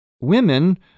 women